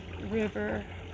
river